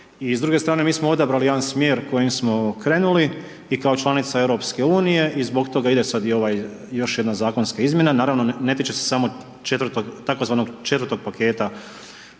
i s druge strane, mi smo odabrali jedan smjer kojim smo krenuli i kao članica EU i zbog toga ide sad i ovaj još jedna zakonska izmjena. Naravno, ne tiče se samo tzv. četvrtog paketa